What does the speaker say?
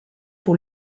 pour